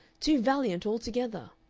too valiant altogether!